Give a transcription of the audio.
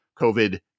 covid